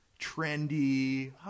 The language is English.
trendy